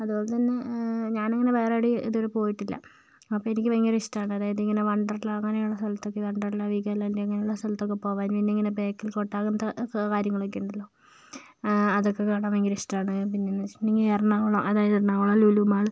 അതുപോലെത്തന്നെ ഞാനിങ്ങനെ വേറെവിടെയും ഇതുവരെ പോയിട്ടില്ല അപ്പം എനിക്ക് ഭയങ്കര ഇഷ്ടമാണ് അതായത് ഇങ്ങനെ വണ്ടർലാ അങ്ങനെയുള്ള സ്ഥലത്തൊക്കെ വണ്ടർലാ വീഗാലാൻഡ് അങ്ങനെയുള്ള സ്ഥലതൊക്കെ പോകാൻ പിന്നിങ്ങനെ ബേക്കൽ കോട്ട അങ്ങനത്തെ കാര്യങ്ങളൊക്കെ ഉണ്ടല്ലോ അതൊക്കെ കാണാൻ ഭയങ്കര ഇഷ്ടമാണ് പിന്നെയെന്ന് വെച്ചിട്ടുണ്ടെങ്കിൽ എറണാകുളം അതായത് എറണാകുളം ലുലു മാൾ